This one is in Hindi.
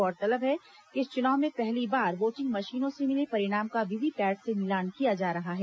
गौरतलब है कि इस चुनाव में पहली बार वोटिंग मशीनों से मिले परिणाम का वीवीपैट से मिलान किया जा रहा है